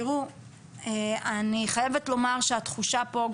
אני חייבת לומר שהתחושה פה,